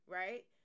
right